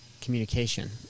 communication